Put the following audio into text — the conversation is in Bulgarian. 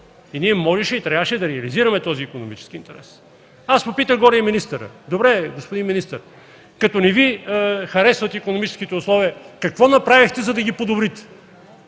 Ние можеше и трябваше да реализираме този икономически интерес. Аз попитах и министъра: Добре, господин министър, като не Ви харесват икономическите условия, какво направихте, за да ги подобрите?